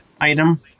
item